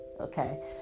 okay